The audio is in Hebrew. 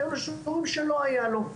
היו לו שיעורים שלא היה לו,